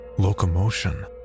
Locomotion